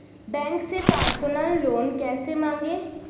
Bank से personal loan कैसे मांगें?